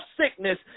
sickness